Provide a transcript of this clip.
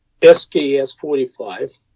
SKS-45